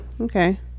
okay